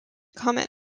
comment